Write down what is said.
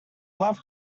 love